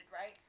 right